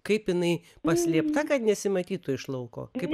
kaip jinai paslėpta kad nesimatytų iš lauko kaip